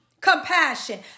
compassion